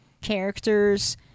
characters